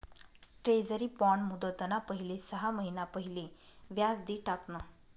treasury bond मुदतना पहिले सहा महिना पहिले व्याज दि टाकण